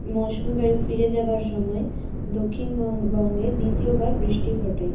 মৌসুমি বায়ু ফিরে যাবার সময় দক্ষিণবং বঙ্গে দ্বিতীয়বার বৃষ্টি ঘটায়